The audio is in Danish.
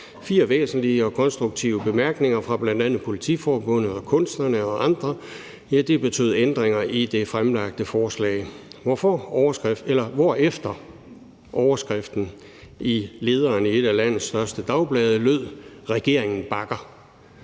fire væsentlige og konstruktive bemærkninger fra bl.a. Politiforbundet, kunstnerne og andre, og det betød ændringer i det fremsatte forslag. Derefter lød overskriften i en af lederne i et af landets største dagblade: Regeringen bakker.